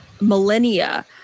millennia